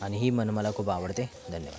आणि ही म्हण मला खूप आवडते धन्यवाद